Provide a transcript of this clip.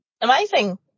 amazing